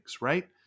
right